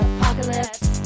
Apocalypse